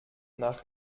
nach